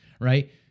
right